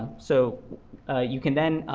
so you can then,